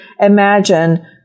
imagine